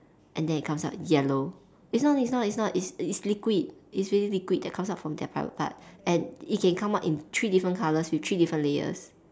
and then it comes out yellow it's not it's not it's not it's it's liquid it's really liquid that comes out from their private part and it can come out in three different colours with three different layers